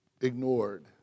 ignored